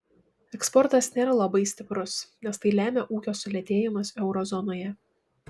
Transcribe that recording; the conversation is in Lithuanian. eksportas nėra labai stiprus nes tai lemia ūkio sulėtėjimas euro zonoje